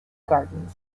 gardens